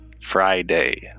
friday